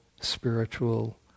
spiritual